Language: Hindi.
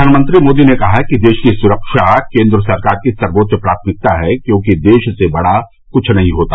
प्रधानमंत्री मोदी ने कहा कि देश की सुरक्षा केन्द्र सरकार की सर्वोच्च प्राथमिकता है क्योंकि देश से बड़ा कुछ नहीं होता